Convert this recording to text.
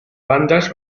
bandas